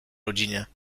rodzinie